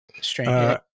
strange